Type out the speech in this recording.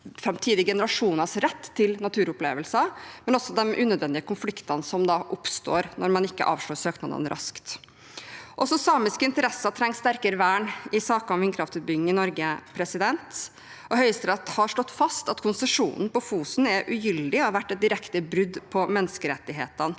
framtidige generasjoners rett til naturopplevelser og også de unødvendige konfliktene som oppstår når man ikke avslår søknadene raskt. Også samiske interesser trenger sterkere vern i saker om vindkraftutbygging i Norge. Høyesterett har slått fast at konsesjonen på Fosen er ugyldig og har vært et direkte brudd på menneskerettighetene,